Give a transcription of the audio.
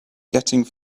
getting